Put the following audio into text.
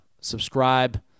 subscribe